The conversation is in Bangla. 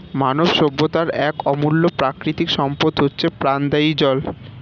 মানব সভ্যতার এক অমূল্য প্রাকৃতিক সম্পদ হচ্ছে প্রাণদায়ী জল